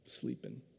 sleeping